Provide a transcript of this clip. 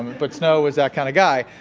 but snow was that kind of guy,